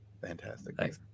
Fantastic